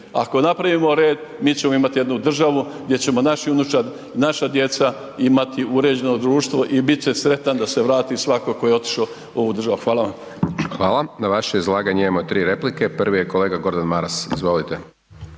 Ako napravimo red, mi ćemo imati jednu državu gdje će naša unučad i naša djeca imati uređeno društvo i bit će sretan da se vrati svatko tko je otišao u ovu državu. Hvala vam. **Hajdaš Dončić, Siniša (SDP)** Hvala. Na vaše izlaganje imamo tri replike, prvi je kolega Gordan Maras, izvolite.